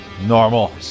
Normal